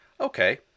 Okay